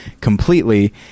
completely